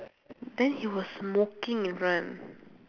then he was smoking in front